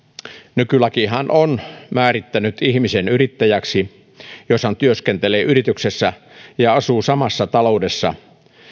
nykylakihan on määrittänyt ihmisen yrittäjäksi jos hän työskentelee yrityksessä ja asuu samassa taloudessa